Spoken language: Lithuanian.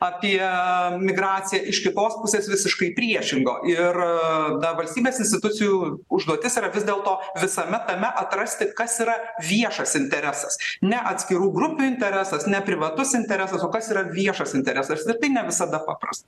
apie migraciją iš kitos pusės visiškai priešingo ir ta valstybės institucijų užduotis yra vis dėlto visame tame atrasti kas yra viešas interesas ne atskirų grupių interesas ne privatus interesas o kas yra viešas interesas tai ne visada paprasta